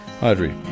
Audrey